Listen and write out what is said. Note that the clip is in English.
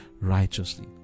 righteously